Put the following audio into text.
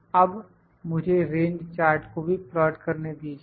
अब मुझे range chart को भी प्लाट करने दीजिए